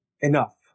enough